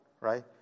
right